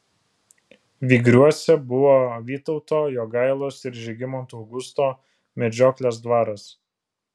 vygriuose buvo vytauto jogailos ir žygimanto augusto medžioklės dvaras